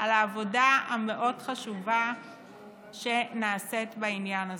מהעבודה המאוד-חשובה שנעשית בעניין הזה.